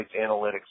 analytics